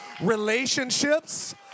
relationships